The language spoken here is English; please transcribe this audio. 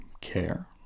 care